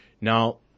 Now